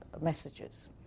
messages